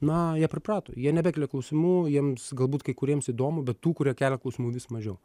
na jie priprato jie nebekelia klausimų jiems galbūt kai kuriems įdomu bet tų kurie kelia klausimų vis mažiau